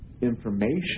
information